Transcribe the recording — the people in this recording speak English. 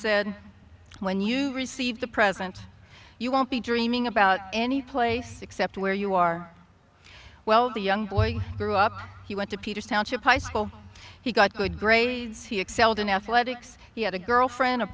said when you receive the present you won't be dreaming about any place except where you are well the young boy grew up he went to peter's township high school he got good grades he excelled in athletics he had a girlfriend a